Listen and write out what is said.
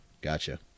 gotcha